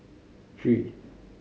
three